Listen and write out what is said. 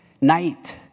Night